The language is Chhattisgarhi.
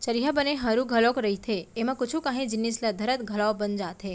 चरिहा बने हरू घलौ रहिथे, एमा कुछु कांही जिनिस ल धरत घलौ बन जाथे